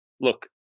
Look